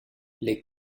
les